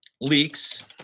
leaks